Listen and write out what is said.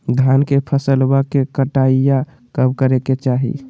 धान के फसलवा के कटाईया कब करे के चाही?